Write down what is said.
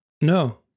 No